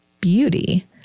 beauty